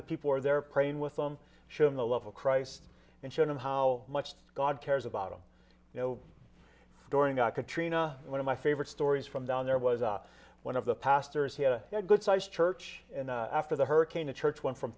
the people are there praying with them show them the love of christ and show them how much god cares about them you know during our katrina one of my favorite stories from down there was one of the pastors he had a good sized church and after the hurricane a church went from